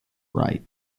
right